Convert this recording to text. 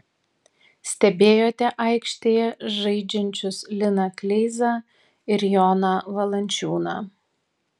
stebėjote aikštėje žaidžiančius liną kleizą ir joną valančiūną